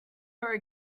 are